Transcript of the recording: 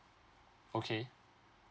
okay